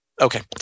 okay